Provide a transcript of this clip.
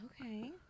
Okay